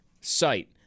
site